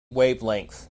wavelength